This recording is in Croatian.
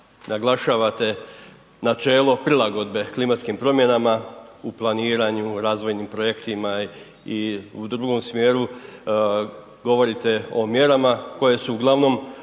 naglašavate načelo prilagodbe klimatskim promjenama u planiranju, u razvojnim projektima i u drugom smjeru govorite o mjerama koju se uglavnom